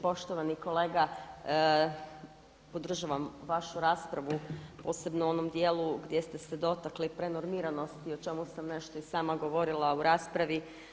Poštovani kolega, podržavam vašu raspravu posebno u onom dijelu gdje ste se dotakli prenormiranosti o čemu sam nešto i sama govorila u raspravi.